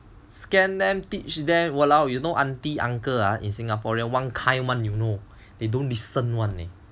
scan them teach them !walao! you know auntie uncle ah in singaporean one kind [one] you know they don't listen [one] leh